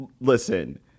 listen